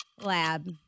Lab